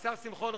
השר שמחון,